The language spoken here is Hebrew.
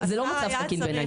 זה לא מצב תקין בעיניי.